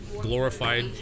glorified